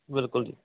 ਬਿਲਕੁਲ ਜੀ